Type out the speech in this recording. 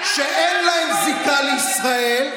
שאין להם זיקה לישראל,